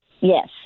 yes